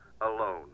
alone